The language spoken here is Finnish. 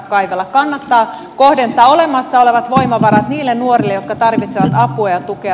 kannattaa kohdentaa olemassa olevat voimavarat niille nuorille jotka tarvitsevat apua ja tukea